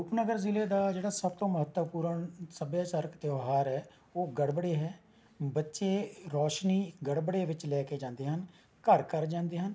ਰੂਪਨਗਰ ਜ਼ਿਲ੍ਹੇ ਦਾ ਜਿਹੜਾ ਸਭ ਤੋਂ ਮਹੱਤਵਪੂਰਨ ਸਭਿਆਚਾਰਕ ਤਿਉਹਾਰ ਹੈ ਉਹ ਗੜਬੜੇ ਹੈ ਬੱਚੇ ਰੌਸ਼ਨੀ ਗੜਬੜੇ ਵਿੱਚ ਲੈ ਕੇ ਜਾਂਦੇ ਹਨ ਘਰ ਘਰ ਜਾਂਦੇ ਹਨ